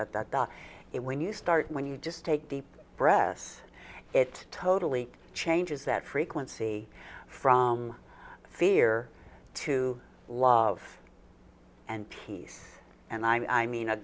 that that it when you start when you just take deep breaths it totally changes that frequency from fear to love and peace and i mean